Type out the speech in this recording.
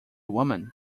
woman